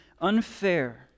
unfair